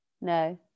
No